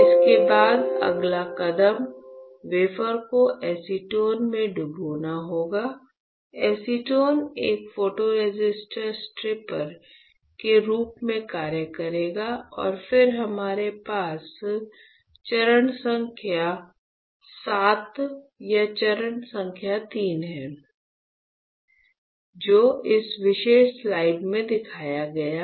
इसके बाद अगला कदम वेफर को एसीटोन में डुबाना होगा एसीटोन एक फोटोरेसिस्टर स्ट्रिपर के रूप में कार्य करेगा और फिर हमारे पास चरण संख्या VII या चरण संख्या III है जो इस विशेष स्लाइड में दिखाया गया है